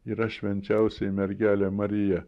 yra švenčiausioji mergelė marija